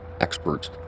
experts